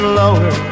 lower